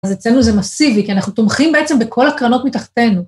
אז אצלנו זה מסיבי, כי אנחנו תומכים בעצם בכל הקרנות מתחתינו.